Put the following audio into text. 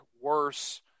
worse